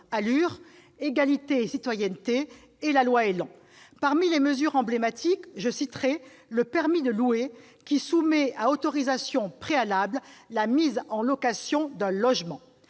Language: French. du numérique, dite loi ÉLAN. Parmi les mesures emblématiques, je citerai le permis de louer, qui soumet à autorisation préalable la mise en location d'un logement.